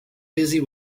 busy